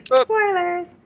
Spoilers